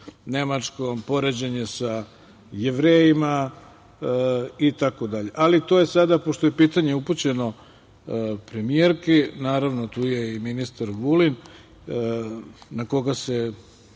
Nemačkom, poređenje sa Jevrejima itd, ali to je sada, pošto je pitanje upućeno premijerki, tu je i ministar Vulin na koga se